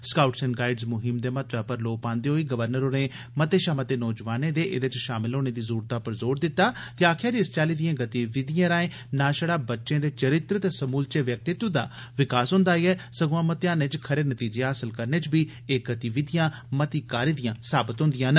scouts and guides मुहिम दे महत्वै पर लौ पांदे होई गवर्नर होरें मते शा मते नौजवानें गी एदे च शामल होने दी जरूरतै पर जोर दित्ता ते आक्खेआ जे इस चाल्ली दिएं गतिविधिएं राएं न शड़ा बच्चें दे चरित्र ते समूलचे व्यक्तित्व दा विकास होंदा ऐ सगुआं मतेयानें च खरे नतीजे हासिल करने च बी एह् गतिविधियां मती कारी दियां साबत होंदियां न